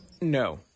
no